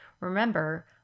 Remember